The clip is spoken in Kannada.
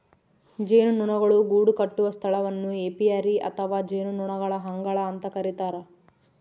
ಜೇನುನೊಣಗಳು ಗೂಡುಕಟ್ಟುವ ಸ್ಥಳವನ್ನು ಏಪಿಯರಿ ಅಥವಾ ಜೇನುನೊಣಗಳ ಅಂಗಳ ಅಂತ ಕರಿತಾರ